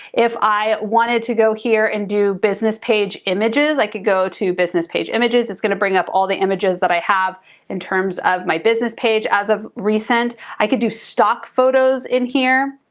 if i wanted to go here and do business page images, i could go to business page images. it's going to bring up all the images that i have in terms of my business page as of recent. i could do stock photos in here.